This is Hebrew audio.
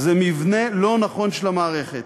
זה מבנה לא נכון של המערכת.